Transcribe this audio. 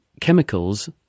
chemicals